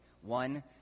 one